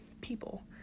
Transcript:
people